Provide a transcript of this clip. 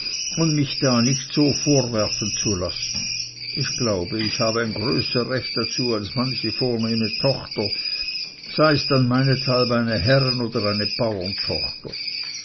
und mich da nicht so vorwerfen zu lassen ich glaube ich habe ein größer recht dazu als manche vornehme tochter sei es dann meinethalb eine herren oder eine